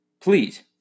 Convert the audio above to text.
Please